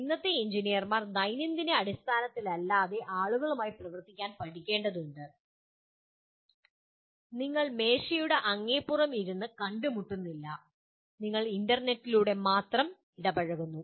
ഇന്നത്തെ എഞ്ചിനീയർമാർ ദൈനംദിന അടിസ്ഥാനത്തിലല്ലാതെ ആളുകളുമായി പ്രവർത്തിക്കാൻ പഠിക്കേണ്ടതുണ്ട് നിങ്ങൾ മേശയുടെ അങ്ങേപ്പുറം ഇരുന്ന് കണ്ടുമുട്ടുന്നില്ല നിങ്ങൾ ഇന്റർനെറ്റിലൂടെ മാത്രം ഇടപഴകുന്നു